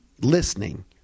listening